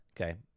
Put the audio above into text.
okay